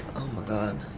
oh my god.